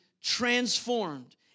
transformed